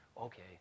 okay